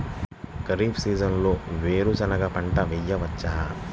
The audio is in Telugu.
ఖరీఫ్ సీజన్లో వేరు శెనగ పంట వేయచ్చా?